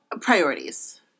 priorities